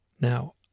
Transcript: Now